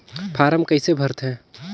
Form कइसे भरते?